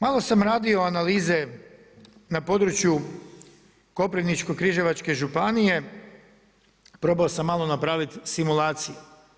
Malo sam radio analize na području Koprivničko-križevačke županije, probao sam malo napraviti simulaciju.